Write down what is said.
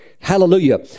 Hallelujah